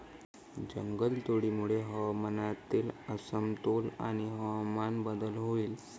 जंगलतोडीमुळे हवामानातील असमतोल आणि हवामान बदल होईल